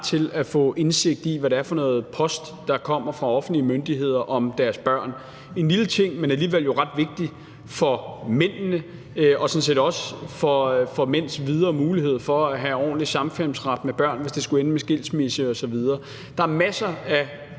til at få indsigt i, hvad det er for noget post, der kommer fra offentlige myndigheder, om deres børn. En lille ting, men alligevel jo ret vigtigt for mændene og sådan set også for mænds videre mulighed for at have ordentlig samkvemsret med børn, hvis det skulle ende med skilsmisse osv. Der er masser af